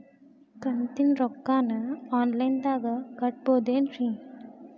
ಕಂತಿನ ರೊಕ್ಕನ ಆನ್ಲೈನ್ ದಾಗ ಕಟ್ಟಬಹುದೇನ್ರಿ?